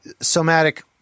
Somatic